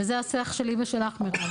וזה השיח שלי ושלך מירב.